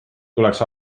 tuleks